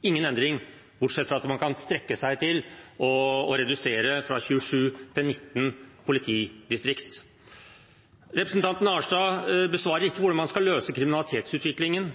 ingen endring, bortsett fra at man kan strekke seg til å redusere fra 27 til 19 politidistrikt. Representanten Arnstad besvarer ikke hvordan man skal løse kriminalitetsutviklingen,